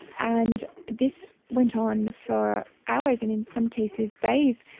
and this went on for hours and in some cases days,